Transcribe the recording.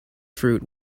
fruit